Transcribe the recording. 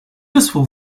useful